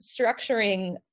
structuring